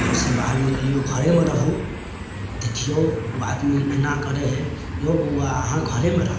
घर से बाहर नहि निकलियौ घरेमे रहु देखियौ आदमी केना करए हय यौ बौआ अहाँ घरेमे रहु